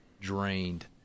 drained